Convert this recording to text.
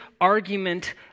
argument